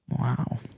Wow